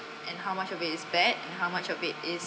and how much of it is bad and how much of it is